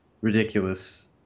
ridiculous